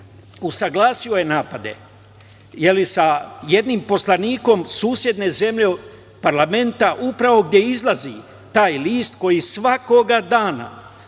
usaglasio je napade sa jednim poslanikom susedne zemlje parlamenta upravo gde izlazi taj list, koji svakoga dana